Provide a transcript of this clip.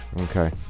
Okay